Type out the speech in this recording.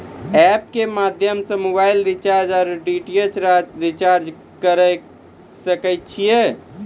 App के माध्यम से मोबाइल रिचार्ज ओर डी.टी.एच रिचार्ज करऽ सके छी यो?